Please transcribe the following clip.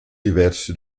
diversi